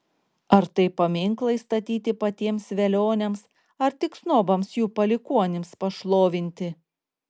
ar tai paminklai statyti patiems velioniams ar tik snobams jų palikuonims pašlovinti